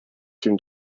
soon